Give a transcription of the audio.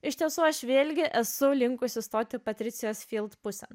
iš tiesų aš vėlgi esu linkusi stoti patricijos pusėn